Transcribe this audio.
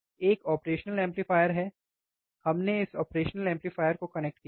एक operational amplifier है हमने इस ऑपरेशनल एम्पलीफायर को कनेक्ट किया है